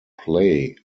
play